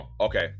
okay